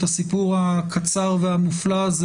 את הסיפור הקצר והמופלא הזה,